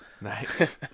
Nice